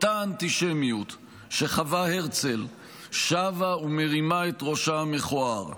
אותה אנטישמיות שחווה הרצל שבה ומרימה את ראשה המכוער.